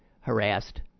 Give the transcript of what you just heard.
harassed